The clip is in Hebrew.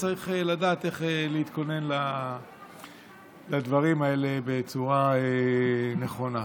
צריך לדעת איך להתכונן לדברים האלה בצורה נכונה.